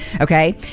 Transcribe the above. Okay